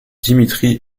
dimitri